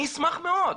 אני אשמח מאוד,